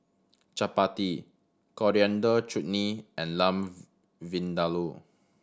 Chapati Coriander Chutney and Lamb Vindaloo